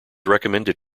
recommended